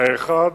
האחד,